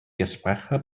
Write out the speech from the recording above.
gespräche